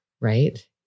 right